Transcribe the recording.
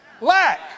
lack